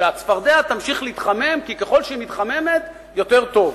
שהצפרדע תמשיך להתחמם כי ככל שהיא מתחממת יותר טוב.